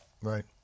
Right